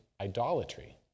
idolatry